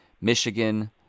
Michigan